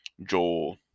Joel